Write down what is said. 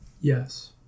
Yes